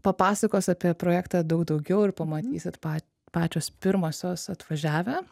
papasakos apie projektą daug daugiau ir pamatysit pa pačios pirmosios atvažiavę